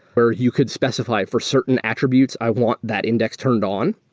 where you could specify for certain attributes, i want that index turned on.